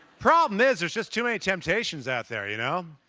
problem is, there's just too many temptations out there, you know,